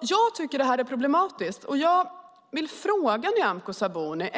Jag tycker att detta är problematiskt, och jag har en fråga till Nyamko Sabuni.